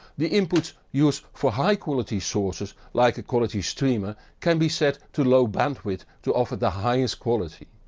the inputs used for high-quality sources like a quality streamer can be set to low bandwidth to offer the highest quality.